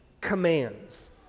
commands